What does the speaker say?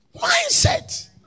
Mindset